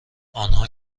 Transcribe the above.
آنها